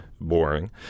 boring